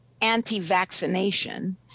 anti-vaccination